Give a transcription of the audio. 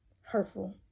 hurtful